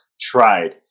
tried